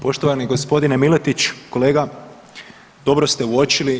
Poštovani gospodine Miletić kolega dobro ste uočili.